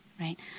right